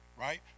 right